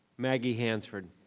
maggie hansford.